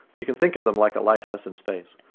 you can think of them like a lighthouse in space.